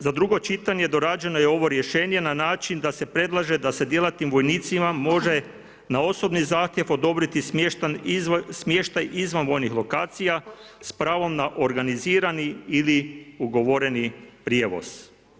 Za drugo čitanje dorađeno je ovo rješenje na način da se predlaže da se djelatnim vojnicima može na osobni zahtjev odobriti smještaj izvan vojnih lokacija s pravom na organizirani ili ugovoreni prijevoz.